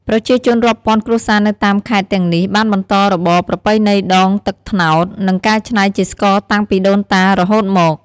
ប្រជាជនរាប់ពាន់គ្រួសារនៅតាមខេត្តទាំងនេះបានបន្តរបរប្រពៃណីដងទឹកត្នោត និងកែច្នៃជាស្ករតាំងពីដូនតារហូតមក។